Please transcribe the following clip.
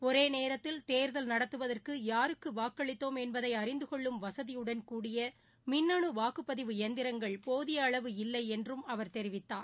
ஒரேநேரத்தில் தேர்தல் நடத்துவதற்குபாருக்குவாக்களித்தோம் என்பதைஅறிந்துகொள்ளும் வசதியுடன் கூடிய மின்னணுவாக்குபதிவு எந்திரங்கள் போதியஅளவு இல்லைஎன்றும் அவர் தெரிவித்தார்